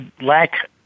lack